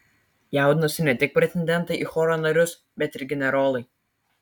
jaudinosi ne tik pretendentai į choro narius bet ir generolai